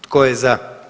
Tko je za?